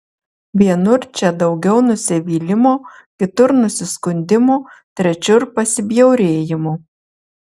vienur čia daugiau nusivylimo kitur nusiskundimo trečiur pasibjaurėjimo